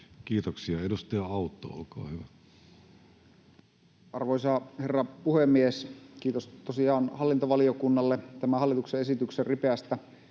Kiitoksia. — Edustaja Autto, olkaa hyvä. Arvoisa herra puhemies! Kiitos tosiaan hallintovaliokunnalle tämän hallituksen esityksen ripeästä